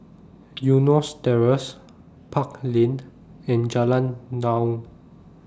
Eunos Terrace Park Lane and Jalan Naung